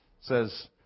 says